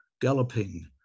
galloping